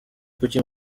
kuki